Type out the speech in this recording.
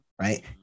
Right